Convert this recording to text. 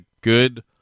good